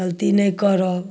गलती नहि करब